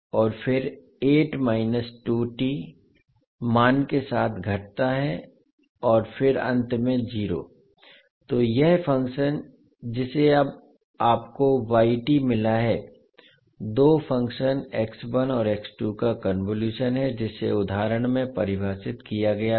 और फिर मान के साथ घटता है और फिर अंत में 0 तो यह फ़ंक्शन जिसे अब आपको मिला है दो फ़ंक्शन और का कन्वोलुशन है जिसे उदाहरण में परिभाषित किया गया था